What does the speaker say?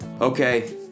Okay